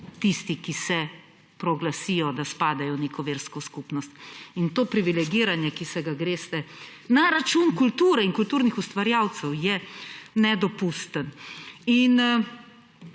tisti, ki se proglasijo, da spadajo v neko versko skupnost. To privilegiranje, ki se ga greste na račun kulture in kulturnih ustvarjalcev, je nedopustno.